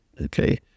okay